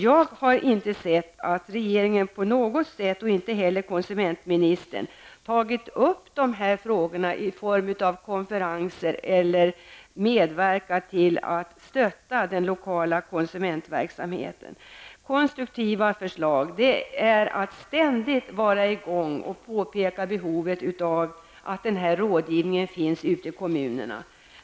Jag har inte sett att regeringen på något sätt, och inte heller konsumentministern, har tagit upp de här frågorna i form av konferenser eller att man har medverkat till att stötta den lokala konsumentverksamheten. Ett konstruktivt förslag är att ständigt vara igång och påpeka behoven av den här rådgivningen ute i kommunerna.